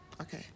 okay